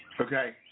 Okay